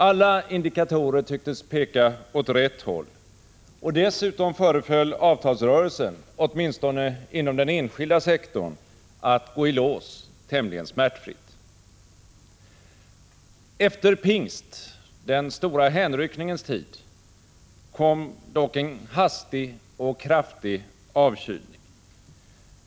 Alla indikatorer tycktes peka åt rätt håll, och dessutom föreföll avtalsrörelsen, åtminstone inom den enskilda sektorn, att gå i lås tämligen smärtfritt. Efter pingst, den stora hänryckningens tid, kom dock en hastig och kraftig avkylning.